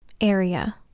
area